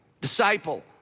disciple